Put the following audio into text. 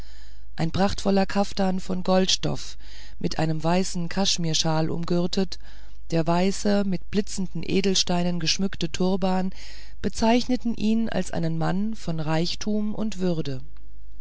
ein prachtvoller kaftan von goldstoff mit einem weißen kaschmirschal umgürtet der weiße mit blitzenden edelsteinen geschmückte turban bezeichneten ihn als einen mann von reichtum und würde